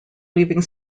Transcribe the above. leaving